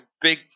big